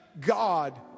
God